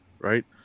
right